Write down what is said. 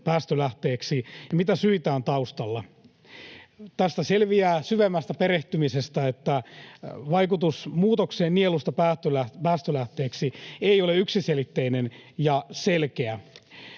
päästölähteeksi ja mitä syitä on taustalla. Tästä selviää syvemmässä perehtymisessä, että vaikutus muutokseen nielusta päästölähteeksi ei ole yksiselitteinen ja selkeä.